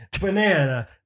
Banana